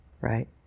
Right